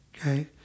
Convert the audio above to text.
Okay